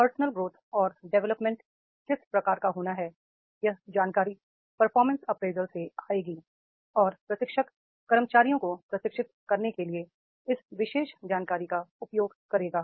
personal growth और development किस प्रकार का होना है यह जानकारी परफॉर्मेंस अप्रेजल से आएगी और प्रशिक्षक कर्मचारियों को प्रशिक्षित करने के लिए इस विशेष जानकारी का उपयोग करेगा